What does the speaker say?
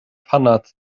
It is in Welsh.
paned